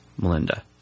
Melinda